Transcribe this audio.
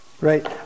right